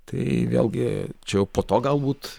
tai vėlgi čia jau po to galbūt